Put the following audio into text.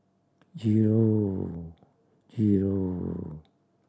zero zero